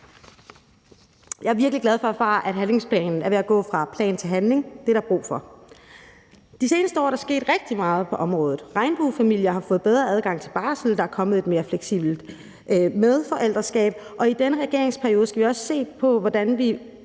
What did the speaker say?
Jeg er virkelig glad for, at handlingsplanen er ved at gå fra plan til handling. Det er der brug for. De seneste år er der sket rigtig meget på området. Regnbuefamilier har fået bedre adgang til barsel, der er kommet et mere fleksibelt medforældreskab, og i denne regeringsperiode skal vi også se på, hvordan vi